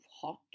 hot